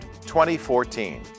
2014